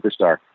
superstar